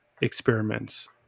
experiments